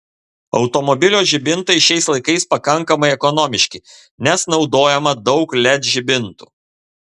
automobilio žibintai šiais laikais pakankamai ekonomiški nes naudojama daug led žibintų